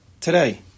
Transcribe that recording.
today